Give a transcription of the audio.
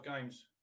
games